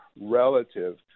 relative